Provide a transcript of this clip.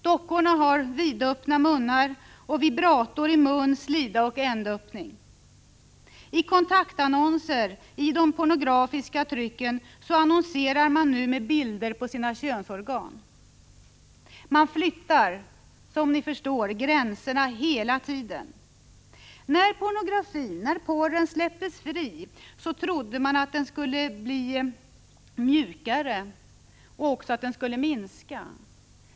Dockorna har vidöppna munnar och vibrator i mun, slida och ändöppning. I kontaktannonser i de pornografiska trycken annonserar man nu med bilder på sina könsorgan. Man flyttar, som ni förstår, gränserna hela tiden. När porren släpptes fri trodde många att den skulle bli mjukare och också att den skulle minska.